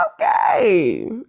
okay